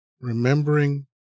remembering